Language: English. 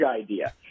idea